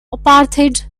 apartheid